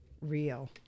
real